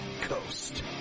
Coast